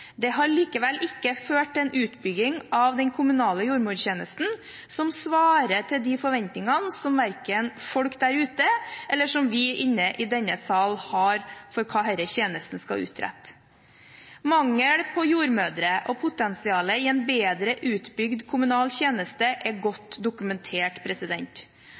Det har likevel ikke ført til en utbygging av den kommunale jordmortjenesten som svarer til de forventningene som både folk der ute og vi her inne i denne sal har om hva denne tjenesten skal utrette. Mangelen på jordmødre og potensialet i en bedre utbygd kommunal tjeneste er godt dokumentert.